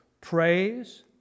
praise